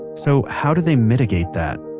so how do they mitigate that?